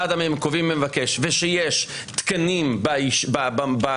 לאחר שהוועד המקומי מבקש ויש תקנים במשרד,